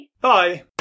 Bye